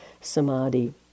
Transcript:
samadhi